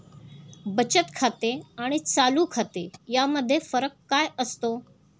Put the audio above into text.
बचत खाते आणि चालू खाते यामध्ये फरक काय असतो?